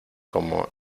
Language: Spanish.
como